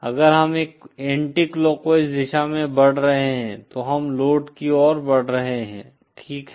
अगर हम एक एंटीलॉकवाइज दिशा में बढ़ रहे हैं तो हम लोड की ओर बढ़ रहे हैं ठीक है